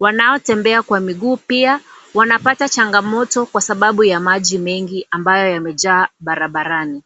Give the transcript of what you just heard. wanaotembea kwa miguu pia wanapata changamoto kwa sababu ya maji mengii ambayo yamejaa barabarani.